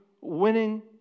winning